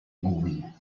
movie